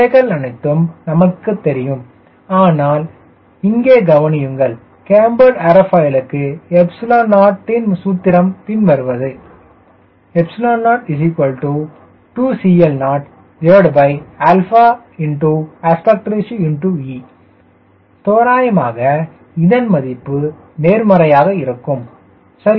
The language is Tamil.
இவைகள் அனைத்தும் நமக்கு தெரியும் ஆனால் இங்கே கவனியுங்கள் கேம்பர்டு ஏரோஃபைலுக்கு 0யின் சூத்திரம் பின்வருவது 02CL0 AR e தோராயமாக இதன் மதிப்பு நேர்மறையாக இருக்கும் சரி